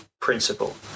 principle